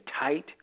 tight